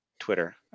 twitter